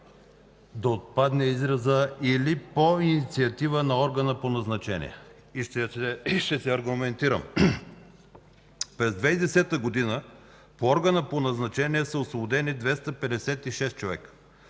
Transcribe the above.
да отпадне изразът „или по инициатива на органа по назначение”. Ще се аргументирам. През 2010 г. по органа по назначение са освободени 256 човека,